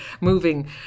moving